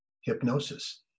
hypnosis